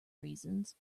reasons